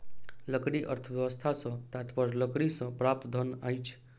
लकड़ी अर्थव्यवस्था सॅ तात्पर्य लकड़ीसँ प्राप्त धन अछि